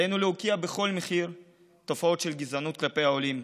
עלינו להוקיע בכל מחיר תופעות של גזענות כלפי העולים.